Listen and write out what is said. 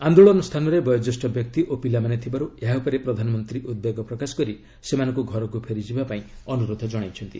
ଆନ୍ଦୋଳନ ସ୍ଥାନରେ ବୟୋଜ୍ୟେଷ୍ଠ ବ୍ୟକ୍ତି ଓ ପିଲାମାନେ ଥିବାରୁ ଏହା ଉପରେ ପ୍ରଧାନମନ୍ତ୍ରୀ ଉଦ୍ବେଗ ପ୍ରକାଶ କରି ସେମାନଙ୍କୁ ଘରକୁ ଫେରିଯିବା ପାଇଁ ଅନୁରୋଧ ଜଣାଇଛନ୍ତି